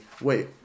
wait